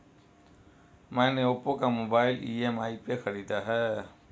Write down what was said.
मैने ओप्पो का mobile EMI पे खरीदा है